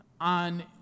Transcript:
On